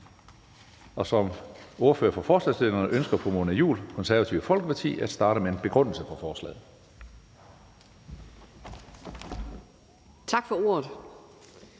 Som ordfører for forslagsstillerne ønsker fru Mona Juul, Det Konservative Folkeparti, at starte med en begrundelse for forslaget.